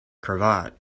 cravat